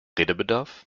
redebedarf